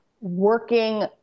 working